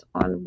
on